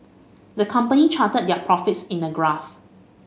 the company charted their profits in a graph